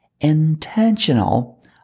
intentional